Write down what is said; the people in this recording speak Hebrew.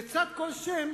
בצד כל שם,